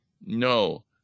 No